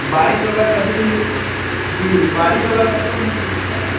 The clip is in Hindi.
बारिश होगा तभी मूँग रोप जी बारिश होगा तब तो मूँग रोपेंगे ना